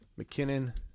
McKinnon